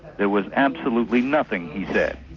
there was absolutely nothing, he said.